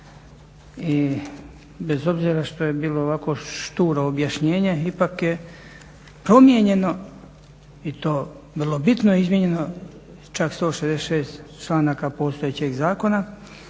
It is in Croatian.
i bez obzira što je bilo ovako šturo objašnjenje ipak je promijenjeno i to vrlo bitno izmijenjeno čak 166 članaka postojećeg zakona